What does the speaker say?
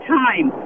time